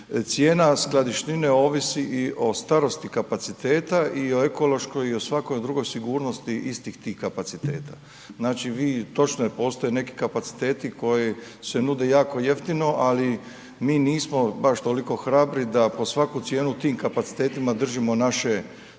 Cijena skladišnine ovisi i o starosti kapaciteta i o ekološkoj i o svakoj drugoj sigurnosti istih tih kapaciteta. Znači vi, točno je, postoje neki kapaciteti koji se nude jako jeftino, ali mi nismo baš toliko hrabri da pod svaku cijenu tim kapacitetima držimo naše derivate.